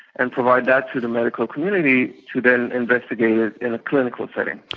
and provide that to the medical community to then investigate it in a clinical setting.